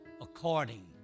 according